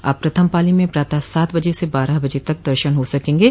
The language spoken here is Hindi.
अब प्रथम पॉली में प्रातः सात बजे से बारह बजे तक दर्शन हो सकेंगे